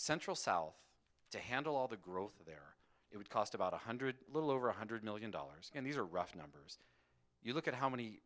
central south to handle all the growth there it would cost about one hundred little over one hundred million dollars and these are rough numbers you look at how many